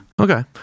Okay